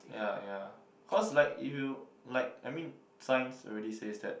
ya ya cause like if you like I mean science already says that